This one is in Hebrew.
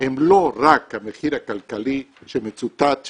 הם לא רק המחיר הכלכלי שמצוטט,